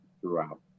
throughout